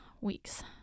weeks